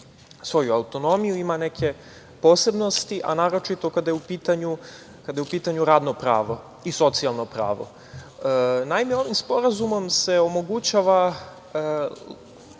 svoju autonomiju, ima neke posebnosti, a naročito kada je u pitanju radno pravo i socijalno pravo. Ovim Sporazumom se omogućava